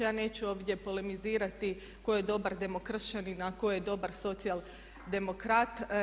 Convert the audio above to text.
Ja neću ovdje polemizirati tko je dobar demokršćanin a tko je dobar socijaldemokrat.